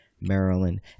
maryland